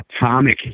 atomic